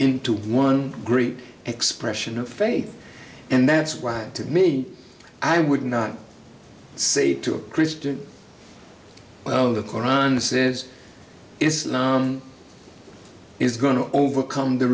into one great expression of faith and that's why to me i would not say to a christian oh the koran says islam is going to overcome the